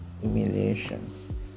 humiliation